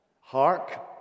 Hark